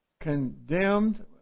condemned